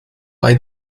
bei